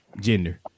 gender